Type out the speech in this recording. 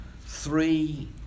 three